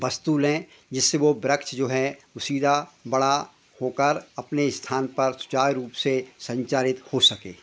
वस्तु लें जिससे वे वृक्ष जो हैं वे सीधा बड़ा होकर अपने स्थान पर सुचारू रूप से संचालित हो सके